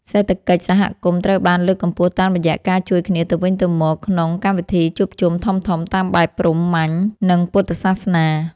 សេដ្ឋកិច្ចសហគមន៍ត្រូវបានលើកកម្ពស់តាមរយៈការជួយគ្នាទៅវិញទៅមកក្នុងកម្មវិធីជួបជុំធំៗតាមបែបព្រហ្មញ្ញ និងពុទ្ធសាសនា។